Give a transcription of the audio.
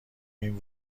این